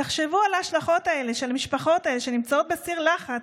תחשבו על ההשלכות על המשפחות האלה שנמצאות בסיר לחץ,